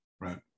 Right